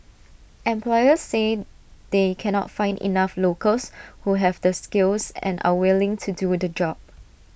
employers say they cannot find enough locals who have the skills and are willing to do the jobs